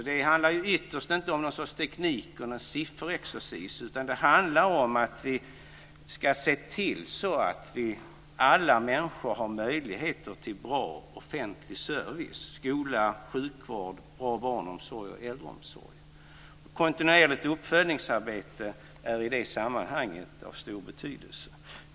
Det handlar ytterst inte om någon sorts teknik och någon sifferexercis, utan det handlar om att vi ska se till att alla människor har möjligheter till bra offentlig service, skola, sjukvård, bra barnomsorg och äldreomsorg. Kontinuerligt uppföljningsarbete är i det sammanhanget av stor betydelse.